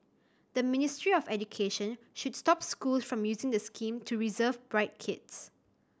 the Ministry of Education should stop schools from using the scheme to reserve bright kids